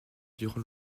durant